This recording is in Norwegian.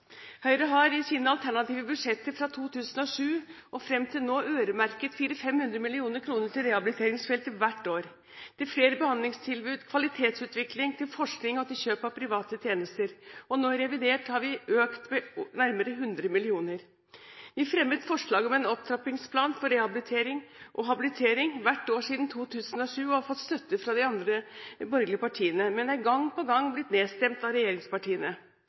Høyre bidra til. Høyre har i sine alternative budsjetter fra 2007 og fram til nå øremerket 400–500 mill. kr til rehabiliteringsfeltet hvert år, til flere behandlingstilbud, til kvalitetsutvikling, til forskning og til kjøp av private tjenester. Nå i revidert har vi økt med nærmere 100 mill. kr. Vi har fremmet forslag om en opptrappingsplan for rehabilitering og habilitering hvert år siden 2007,